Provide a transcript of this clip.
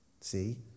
See